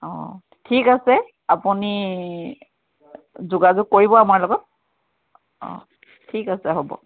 অ ঠিক আছে আপুনি যোগাযোগ কৰিব আমাৰ লগত অ ঠিক আছে হ'ব